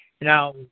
Now